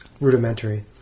rudimentary